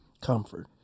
Comfort